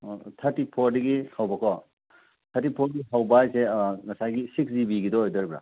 ꯑꯣ ꯊꯥꯔꯇꯤ ꯐꯣꯔꯗꯒꯤ ꯍꯧꯕꯀꯣ ꯊꯥꯔꯇꯤ ꯐꯣꯔꯒꯤ ꯍꯧꯕ ꯍꯥꯏꯁꯦ ꯉꯁꯥꯏꯒꯤ ꯁꯤꯛꯁ ꯖꯤꯕꯤꯒꯤꯗꯨ ꯑꯣꯏꯗꯧꯔꯤꯕ꯭ꯔꯥ